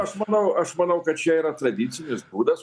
aš manau aš manau kad čia yra tradicinis būdas